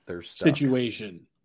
situation